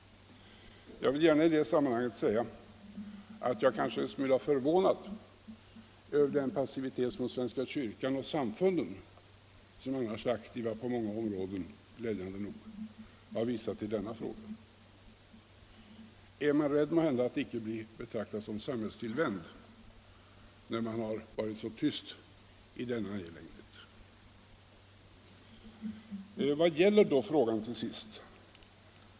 Jag vill gärna i det sammanhanget säga att jag är kanske en smula förvånad över den passivitet som svenska kyrkan och samfunden, som annars glädjande nog är aktiva på många områden, har visat i denna fråga. Är man måhända rädd för att inte bli betraktad som samhällstillvänd, eftersom man har varit så tyst i denna angelägenhet? Vad gäller det då till sist?